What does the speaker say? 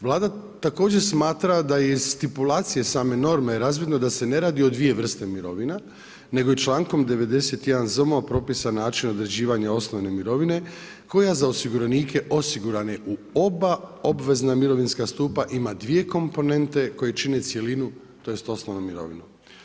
Vlada također smatra da je iz stipulacije same norme razvidno da se ne radi o dvije vrste mirovina, nego i člankom 91 ZMO-a propisan način određivanja osnovne mirovine koja za osiguranike osigurane u oba obvezna mirovinska stupa ima dvije komponente koje čine cjelinu, tj. osnovnu mirovinu.